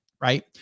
right